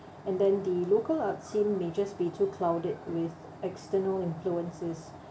and then the local art scene may just be to clouded with external influences